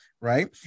right